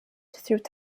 through